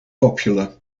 popular